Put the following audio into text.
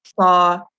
saw